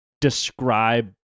describe